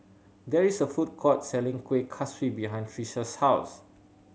there is a food court selling Kuih Kaswi behind Trisha's house